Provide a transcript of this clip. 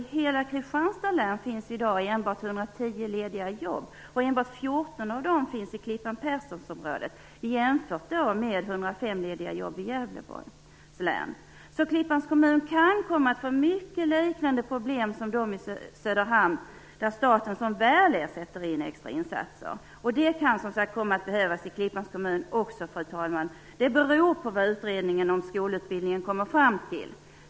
I hela Kristianstad län finns i dag enbart 110 lediga jobb. Enbart 14 av dessa finns i Klippan Gävleborgs län. Klippans kommun kan komma att få liknande problem som de har i Söderhamn, där staten som väl är sätter in extra insatser. Det kan som sagt komma att behövas i Klippans kommun också, fru talman. Det beror på vad utredningen om skolutbildningen kommer fram till.